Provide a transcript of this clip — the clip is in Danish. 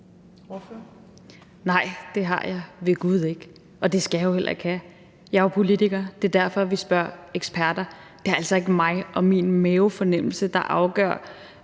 Nej, det har jeg ved gud ikke, og det skal jeg jo heller ikke have. Jeg er jo politiker. Det er derfor, vi spørger eksperter. Det er altså ikke mig og min mavefornemmelse, der afgør,